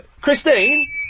Christine